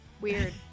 weird